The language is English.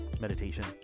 meditation